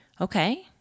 Okay